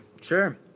Sure